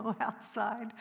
outside